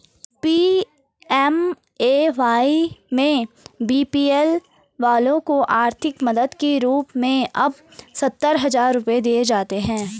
PMAY में BPL वालों को आर्थिक मदद के रूप में अब सत्तर हजार रुपये दिए जाते हैं